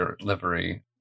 livery